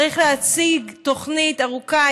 צריך להציג תוכנית ארוכה,